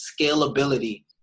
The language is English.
scalability